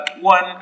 one